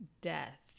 death